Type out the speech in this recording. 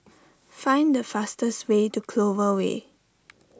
find the fastest way to Clover Way